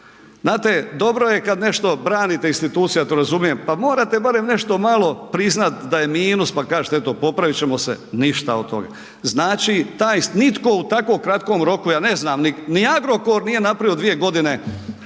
Znate dobro je kad nešto branite institucije, ja to razumijem, pa morate barem nešto malo priznati da je minus, pa kažete eto popravit ćemo se, ništa od toga. Znači taj nitko u tako kratkom roku, ja ne znam ni Agrokor nije napravio u 2 godine